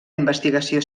investigació